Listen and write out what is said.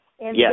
Yes